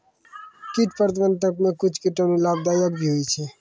कीट प्रबंधक मे कुच्छ कीटाणु लाभदायक भी होय छै